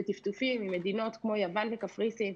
בטפטופים, עם מדינות כמו יוון וקפריסין,